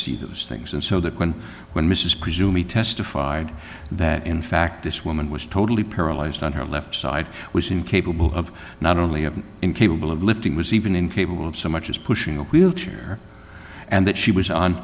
see those things and so the question when mrs presume he testified that in fact this woman was totally paralyzed on her left side was incapable of not only of incapable of lifting was even incapable of so much as pushing a wheelchair and that she was on